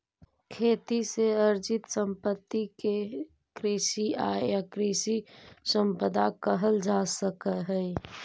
खेती से अर्जित सम्पत्ति के कृषि आय या कृषि सम्पदा कहल जा सकऽ हई